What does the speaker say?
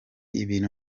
ibintu